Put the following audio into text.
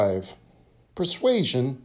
Persuasion